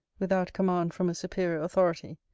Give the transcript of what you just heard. without command from a superior authority,